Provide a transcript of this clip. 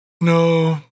No